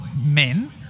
men